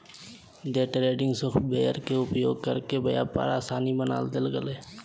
day trading software के उपयोग करके व्यापार आसान बना देल गेलय